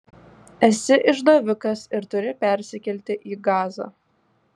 esi išdavikas ir turi persikelti į gazą